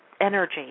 energy